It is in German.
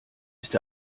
ist